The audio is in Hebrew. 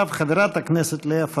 חבר הכנסת אמיר אוחנה, בבקשה, אדוני.